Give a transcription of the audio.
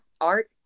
art